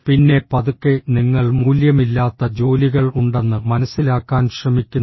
പിന്നെ പതുക്കെ നിങ്ങൾ മൂല്യമില്ലാത്ത ജോലികൾ ഉണ്ടെന്ന് മനസിലാക്കാൻ ശ്രമിക്കുന്നു